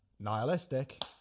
nihilistic